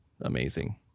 amazing